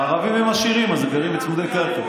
הערבים הם עשירים, אז הם גרים בצמודי קרקע.